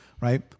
right